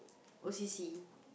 go C_C